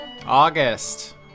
August